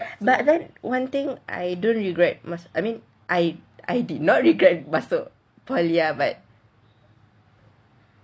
but then one thing I don't regret I mean I did not regret masuk poly ya but